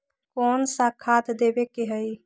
कोन सा खाद देवे के हई?